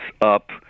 up